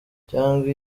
cyangwa